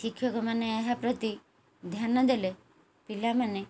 ଶିକ୍ଷକମାନେ ଏହା ପ୍ରତି ଧ୍ୟାନ ଦେଲେ ପିଲାମାନେ